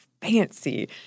fancy